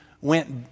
went